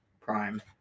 prime